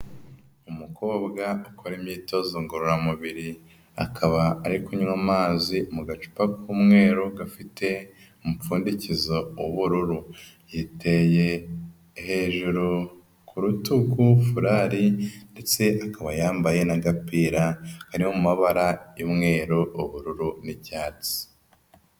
Umukobwa akora imyitozo ngororamubiri, akaba ari kunywa amazi mu gacupa k'umweru gafite umupfundikizo w'ubururu, yiteye hejuru ku rutugu furari ndetse akaba yambaye n'agapira kari mu mabara y'umweru, ubururu n'icyatsi.